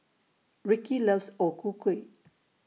Ricky loves O Ku Kueh